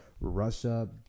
russia